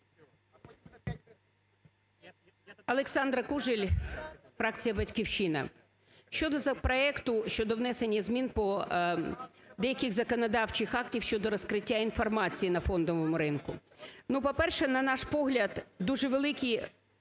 Олександра Кужель, фракція "Батьківщина". Щодо законопроекту щодо внесення змін по деяких законодавчих актів щодо розкриття інформації на фондовому ринку. Ну, по-перше, на наш погляд дуже великі